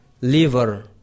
liver